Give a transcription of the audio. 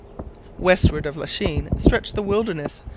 westward of lachine stretched the wilderness,